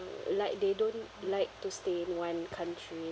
like they don't like to stay in one country